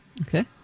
Okay